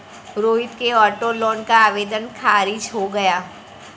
रोहित के auto loan का आवेदन खारिज हो गया